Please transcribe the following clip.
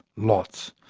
lots.